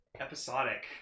episodic